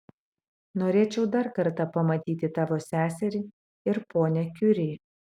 norėčiau dar kartą pamatyti tavo seserį ir ponią kiuri